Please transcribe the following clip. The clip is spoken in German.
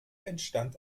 entstand